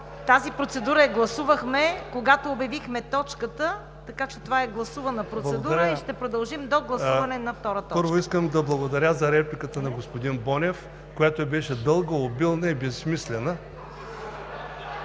тази процедура я гласувахме, когато обявихме точката, така че това е гласувана процедура и ще продължим до гласуване на втора точка. ПЕТЪР ПЕТРОВ (ОП): Благодаря. Първо искам да благодаря за репликата на господин Бонев, която беше дълга, обилна и безсмислена.